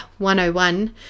101